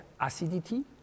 acidity